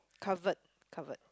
covered covered